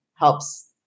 helps